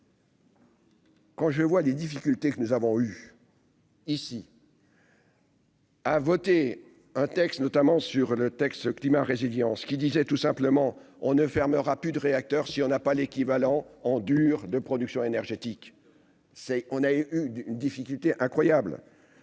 Quand je vois les difficultés que nous avons eu. Ici. à voter un texte notamment sur le texte climat résilience en qui disait tout simplement on ne fermera plus de réacteurs si on n'a pas l'équivalent en dur de production énergétique, c'est : on a eu des difficultés incroyable